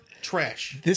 trash